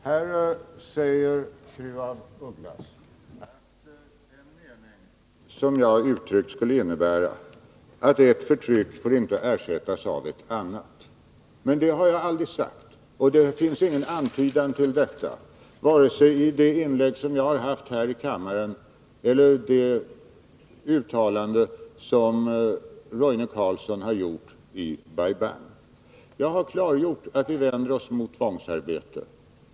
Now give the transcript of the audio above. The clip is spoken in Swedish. Herr talman! Här säger fru af Ugglas att den mening som jag har uttryckt skulle innebära att ett förtryck får ersättas av ett annat. Men det har jag aldrig sagt. Och det finns ingen antydan om detta vare sig i det inlägg som jag haft här i kammaren eller det uttalande som Roine Carlsson har gjort i Bai Bang. Jag har klargjort att vi vänder oss mot tvångsarbete.